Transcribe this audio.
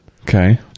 Okay